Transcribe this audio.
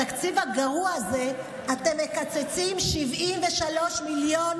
בתקציב הגרוע הזה אתם מקצצים 73 מיליון